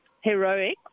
heroic